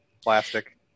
plastic